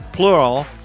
plural